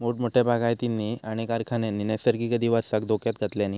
मोठमोठ्या बागायतींनी आणि कारखान्यांनी नैसर्गिक अधिवासाक धोक्यात घातल्यानी